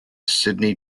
sydney